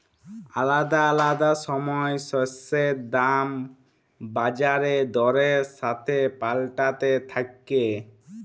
আলাদা আলাদা সময় শস্যের দাম বাজার দরের সাথে পাল্টাতে থাক্যে